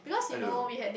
I don't know